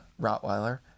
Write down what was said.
Rottweiler